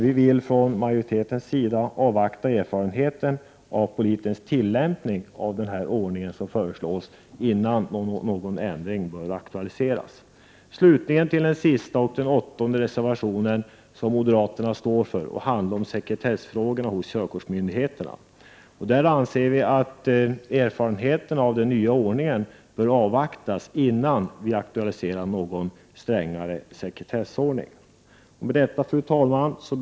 Vi i majoriteten vill avvakta erfarenheten av polisens tillämpning av den ordning som föreslås innan någon ändring aktualiseras. Den åttonde och sista reservationen står moderaterna bakom, och den handlar om sekretessfrågor hos körkortsmyndigheterna. Vi anser att erfa renheterna av den nya ordningen bör avvaktas innan vi aktualiserar frågan Prot. 1988/89:125 om strängare sekretess.